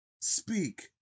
speak